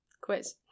Quiz